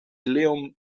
leon